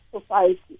society